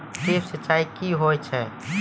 Drip सिंचाई कि होय छै?